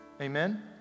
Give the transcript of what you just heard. Amen